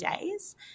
days